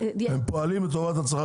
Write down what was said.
הם פועלים לטובת הצרכן,